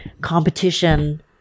competition